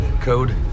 code